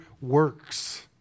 works